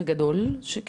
בגדול, שכאילו,